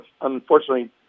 Unfortunately